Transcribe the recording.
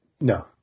No